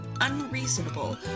unreasonable